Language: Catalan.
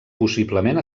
possiblement